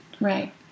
Right